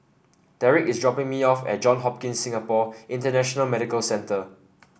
Derrek is dropping me off at John Hopkins Singapore International Medical Centre